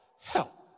help